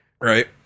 Right